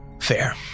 Fair